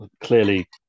Clearly